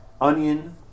Onion